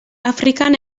afrikan